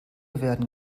werden